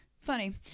Funny